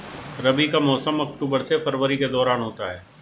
रबी का मौसम अक्टूबर से फरवरी के दौरान होता है